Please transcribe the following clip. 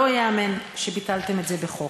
לא ייאמן שביטלתם את זה בחוק.